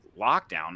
lockdown